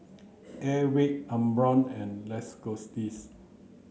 Airwick Umbro and Lacoste